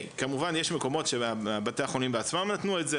כמובן שיש מקומות שבתי החולים בעצמם נתנו את זה,